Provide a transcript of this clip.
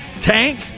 Tank